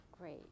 Great